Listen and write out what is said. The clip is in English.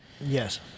yes